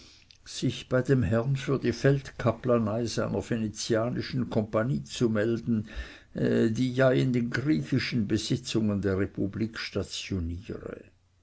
sich bei dem herrn für die feldkaplanei seiner venezianischen kompanie zu melden die ja in den griechischen besitzungen der republik stationiere